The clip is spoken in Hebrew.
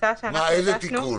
איזה תיקון?